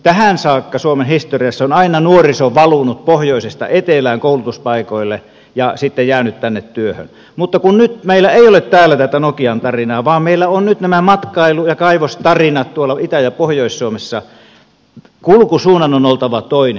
tähän saakka suomen historiassa on aina nuoriso valunut pohjoisesta etelään koulutuspaikoille ja sitten jäänyt tänne työhön mutta kun nyt meillä ei ole täällä tätä nokian tarinaa vaan meillä on nyt nämä matkailu ja kaivostarinat tuolla itä ja pohjois suomessa kulkusuunnan on oltava toinen